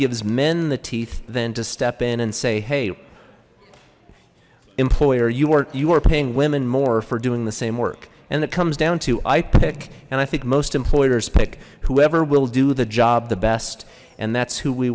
gives men the teeth than to step in and say hey employer you are you are paying women more for doing the same work and that comes down to i pick and i think most employers pick whoever will do the job the best and that's who we